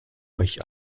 euch